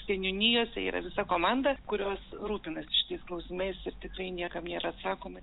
seniūnijose yra visa komanda kurios rūpinasi šitais klausimais ir tikrai niekam nėra sakoma